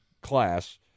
class